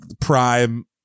Prime